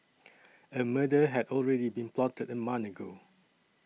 a murder had already been plotted a month ago